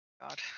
God